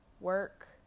work